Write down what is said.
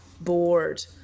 bored